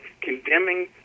condemning